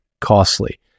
costly